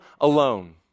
alone